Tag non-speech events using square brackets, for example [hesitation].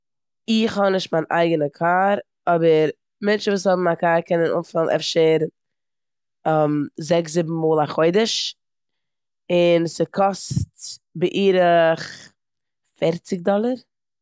איך האבנישט קיין אייגענע קאר אבער מענטשן וואס האבן א קאר קענען אנפילן אפשר [hesitation] זעקס, זיבן מאל א חודש און ס'קאסט בערך פערציג דאללער.